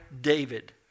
David